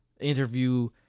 interview